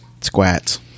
squats